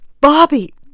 Bobby